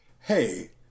Hey